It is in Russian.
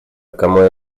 кому